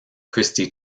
christy